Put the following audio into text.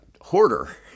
hoarder